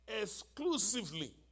exclusively